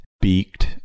beaked